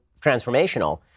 transformational